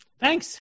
Thanks